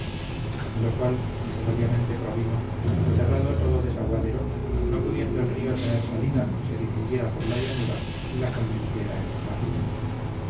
de lo cual necesariamente provino que cerrado todo desaguadero no pudiendo el río tener salida se difundiera por la llanura y la convirtiera en un mar